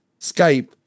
Skype